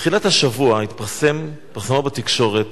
בתחילת השבוע התפרסמה בתקשורת